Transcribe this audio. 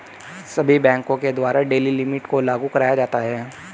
सभी बैंकों के द्वारा डेली लिमिट को लागू कराया जाता है